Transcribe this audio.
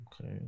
Okay